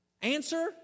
Answer